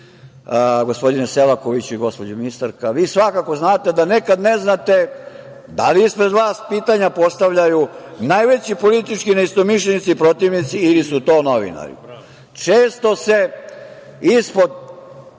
gospodine Selakoviću i gospođo ministarko. Vi svakako znate da nekada ne znate da li ispred vas pitanja postavljaju najveći politički neistomišljenici protivnici ili su to novinari. Često se ispod